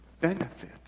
benefit